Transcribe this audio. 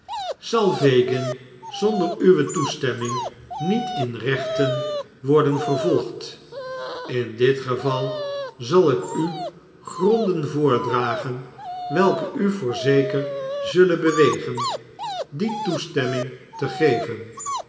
zal fagin zonder uwe toestemming niet in rechten worden vervolgd in dit geval zal ik u gronden voordragen welke u voorzeker zullen bewegen die toestemming te geven